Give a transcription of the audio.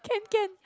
can can